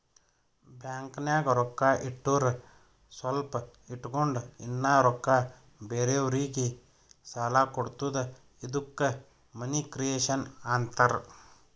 ಬ್ಯಾಂಕ್ನಾಗ್ ರೊಕ್ಕಾ ಇಟ್ಟುರ್ ಸ್ವಲ್ಪ ಇಟ್ಗೊಂಡ್ ಇನ್ನಾ ರೊಕ್ಕಾ ಬೇರೆಯವ್ರಿಗಿ ಸಾಲ ಕೊಡ್ತುದ ಇದ್ದುಕ್ ಮನಿ ಕ್ರಿಯೇಷನ್ ಆಂತಾರ್